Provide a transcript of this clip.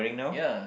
ya